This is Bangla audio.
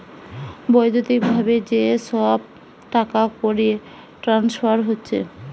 বৈদ্যুতিক ভাবে যে সব টাকাকড়ির ট্রান্সফার হচ্ছে